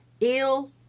ill